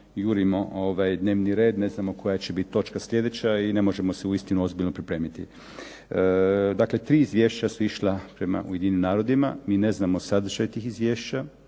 jurimo dnevni red, ne znamo koja će biti sljedeća točka i ne možemo se uistinu ozbiljno pripremiti. Dakle, tri izvješća su išla prema UN-a mi ne znamo sadržaj tih izvješća,